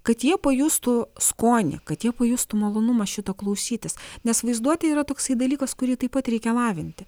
kad jie pajustų skonį kad jie pajustų malonumą šito klausytis nes vaizduotė yra toksai dalykas kurį taip pat reikia lavinti